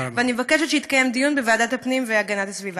ואני מבקשת שיתקיים דיון בוועדת הפנים והגנת הסביבה.